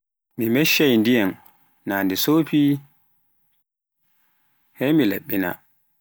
Mi meccay ndiyam naa ndi soofi, hey mi laaɓɓina